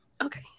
okay